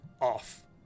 off